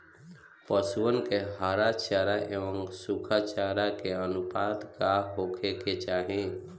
पशुअन के हरा चरा एंव सुखा चारा के अनुपात का होखे के चाही?